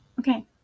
Okay